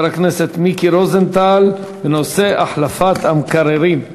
הכנסת מיקי רוזנטל בנושא: החלפת מקררים.